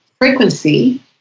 frequency